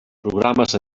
programes